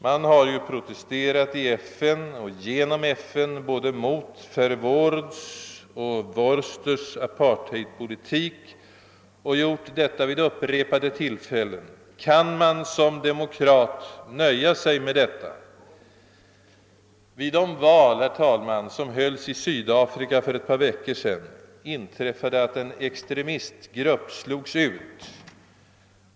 Man har ju protesterat i FN och genom FN både mot Verwoerds och Voersters apartheidpolitik och gjort detta vid upprepade tillfällen. Men kan man som demokrat nöja sig med detta? Vid de val, herr talman, som hölls i Sydafrika för ett par veckor sedan inträffade att en extremistgrupp slogs ut.